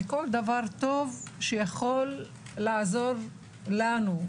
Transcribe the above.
ומכל דבר טוב שיכול לעזור לכולנו.